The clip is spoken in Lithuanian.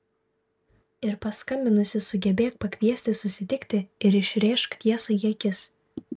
ir paskambinusi sugebėk pakviesti susitikti ir išrėžk tiesą į akis